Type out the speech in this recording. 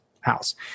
house